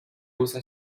usa